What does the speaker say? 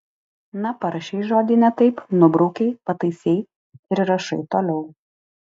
na parašei žodį ne taip nubraukei pataisei ir rašai toliau